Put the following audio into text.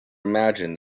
imagined